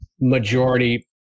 majority